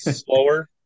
slower